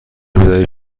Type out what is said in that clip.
بدهید